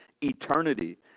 eternity